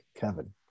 Kevin